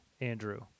Andrew